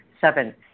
Seven